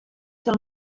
del